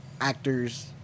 actors